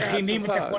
מכינים את הכול,